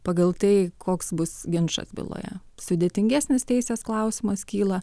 pagal tai koks bus ginčas byloje sudėtingesnis teisės klausimas kyla